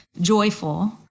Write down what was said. joyful